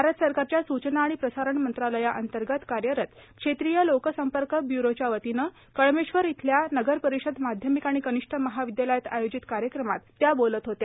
भारत सरकारच्या सूचना आणि प्रसारण मंत्रालया अन्तर्गत कार्यरत क्षेत्रीय लोक संपर्क ब्यूरोच्या वतीने कळमेश्वर इथल्या नगर परिषद माध्यमिक आणि कनिष्ठ महाविद्यालयात आयोजित कार्यक्रमात त्या बोलत होत्या